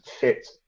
fit